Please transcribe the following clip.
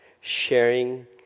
sharing